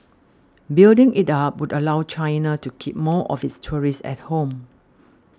building it up would allow China to keep more of its tourists at home